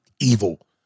evil